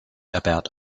about